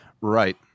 Right